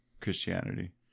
Christianity